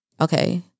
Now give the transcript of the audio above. okay